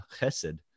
chesed